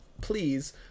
please